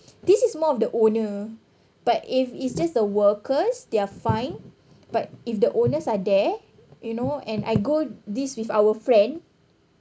this is more of the owner but if it's just the workers they're fine but if the owners are there you know and I go this with our friend